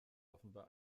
offenbar